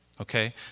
Okay